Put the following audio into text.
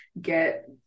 get